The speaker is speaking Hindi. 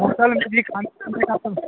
होटल में भी खाने पीने का सब है